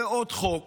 זה עוד חוק